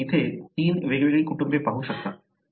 तुम्ही येथे तीन वेगवेगळी कुटुंबे पाहू शकता